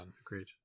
agreed